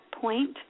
point